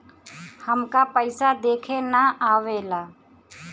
हमका पइसा देखे ना आवेला?